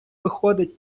виходить